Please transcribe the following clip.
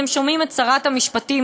את שרת המשפטים,